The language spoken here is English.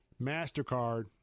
MasterCard